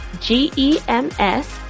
G-E-M-S